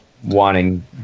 wanting